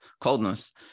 coldness